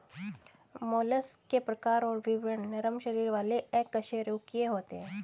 mollusc के प्रकार और विवरण नरम शरीर वाले अकशेरूकीय होते हैं